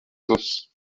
sauces